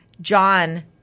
John